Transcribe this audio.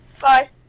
bye